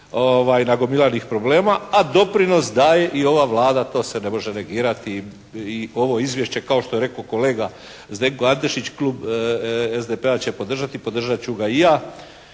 nagomilanih problema, a doprinos daje i ova Vlada to se ne može negirati i ovo izvješće kao što je rekao kolega Zdenko Antešić klub SDP-a će podržati, podržat ću ga i ja